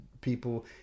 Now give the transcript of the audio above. people